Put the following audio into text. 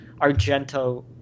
Argento